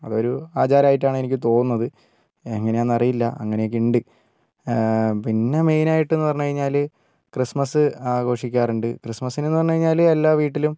അതൊരു ആചാരമായിട്ടാണ് എനിക്ക് തോന്നുന്നത് എങ്ങനെയാന്നു അറിയില്ല അങ്ങനയൊക്കെയുണ്ട് പിന്നെ മെയിനായിട്ടും എന്നുപറഞ്ഞുകഴിഞ്ഞാല് ക്രിസ്തുമസ് ആഘോഷിക്കാറുണ്ട് ക്രിസ്തുമസിനു എന്നു പറഞ്ഞുകഴിഞ്ഞാൽ എല്ലാ വീട്ടിലും